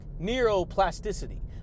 neuroplasticity